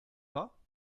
pas